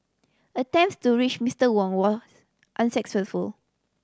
attempts to reach Mister Wang were unsuccessful